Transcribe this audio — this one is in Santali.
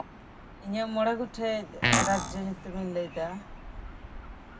ᱤᱧᱟᱹᱜ ᱢᱚᱬᱮ ᱜᱚᱴᱮᱱ ᱨᱟᱡᱽᱡᱚ ᱧᱩᱛᱩᱢᱤᱧ ᱞᱟᱹᱭ ᱮᱫᱟ